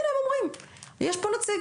הנה הם אומרים את זה, יש פה נציג